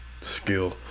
skill